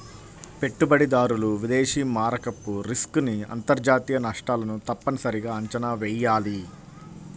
పెట్టుబడిదారులు విదేశీ మారకపు రిస్క్ ని అంతర్జాతీయ నష్టాలను తప్పనిసరిగా అంచనా వెయ్యాలి